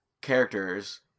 characters